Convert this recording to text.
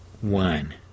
one